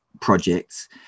projects